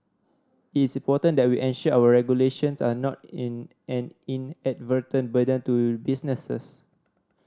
it's important that we ensure our regulations are not an inadvertent burden to businesses